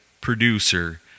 producer